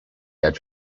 edge